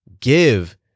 Give